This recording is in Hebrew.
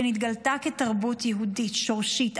שנתגלתה כתרבות יהודית שורשית,